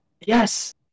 Yes